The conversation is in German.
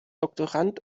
doktorand